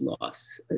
loss